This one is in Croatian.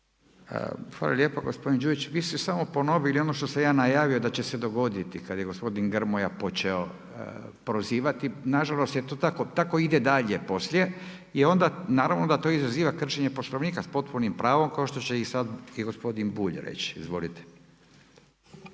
Hvala lijepo gospodine Đujić. Vi ste samo ponovili ono što sam ja najavio da će se dogoditi kad je gospodin Grmoja počeo prozivati. Na žalost je to tako, tako ide dalje poslije. I onda naravno da to izaziva kršenje Poslovnika s potpunim pravom, kao što će i sad i gospodin Bulj reći. Izvolite.